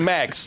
Max